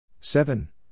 Seven